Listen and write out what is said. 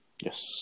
Yes